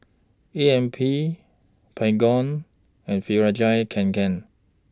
A M P Baygon and Fjallraven Kanken